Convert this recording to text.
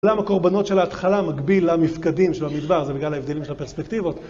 עולם הקורבנות של ההתחלה מגביל למפקדים של המדבר, זה בגלל ההבדלים של הפרספקטיבות.